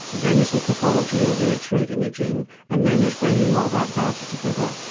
then there's the pathology or the x-ray imaging, and then there's bringing all that data together.